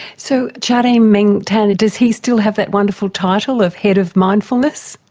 so chade-meng tan, does he still have that wonderful title of head of mindfulness?